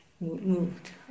moved